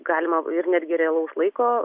galima ir netgi realaus laiko